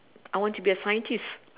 I want to be a scientist